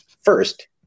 first